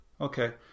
Okay